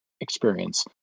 experience